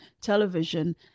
television